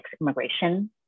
immigration